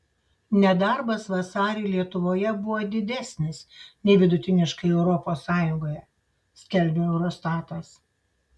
nedarbas vasarį lietuvoje buvo didesnis nei vidutiniškai europos sąjungoje skelbia eurostatas